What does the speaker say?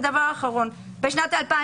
ודבר אחרון, בשנת 2014